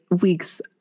weeks